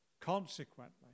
Consequently